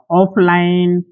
offline